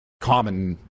common